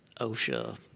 OSHA